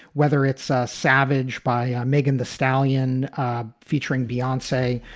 whether it's savage by megan the stallion featuring beyond say,